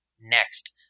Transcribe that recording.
next